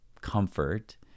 comfort